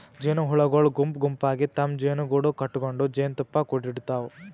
ಜೇನಹುಳಗೊಳ್ ಗುಂಪ್ ಗುಂಪಾಗಿ ತಮ್ಮ್ ಜೇನುಗೂಡು ಕಟಗೊಂಡ್ ಜೇನ್ತುಪ್ಪಾ ಕುಡಿಡ್ತಾವ್